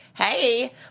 Hey